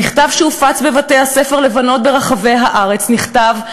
במכתב, שהופץ בבתי-הספר לבנות ברחבי הארץ, נכתב,